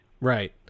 Right